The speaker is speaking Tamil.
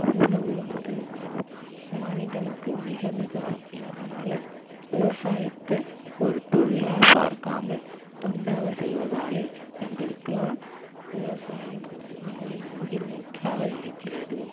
உணவு வந்து மனிதனுக்கு மிக மிக அவசியம் அதனால் விவசாயத்தை ஒரு தொழிலாக பார்க்காமல் தொண்டாக செய்வதாலே எங்களுக்குலாம் விவசாயம் மிகவும் உயிர் மூச்சாக இருக்கிறது